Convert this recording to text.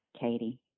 Katie